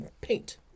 paint